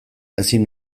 ezin